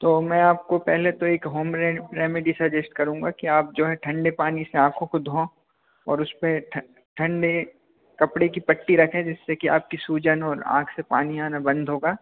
तो मैं आपको पहले तो एक होम रेमेडी सजेस्ट करूँगा कि आप जो हैं ठंडे पानी से आँखों को धो और उस पर ठंडे कपड़े की पट्टी रखें जिससे कि आपकी सूजन और आँख से पानी आना बंद होगा